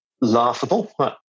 laughable